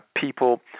people